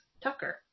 Tucker